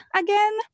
again